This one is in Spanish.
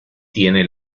tiene